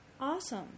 awesome